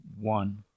One